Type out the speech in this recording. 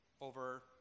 over